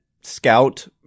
scout